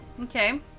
Okay